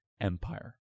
Empire